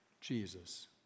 Jesus